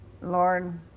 Lord